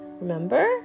remember